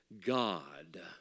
God